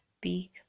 big